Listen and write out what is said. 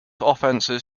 offenses